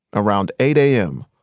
around eight a m,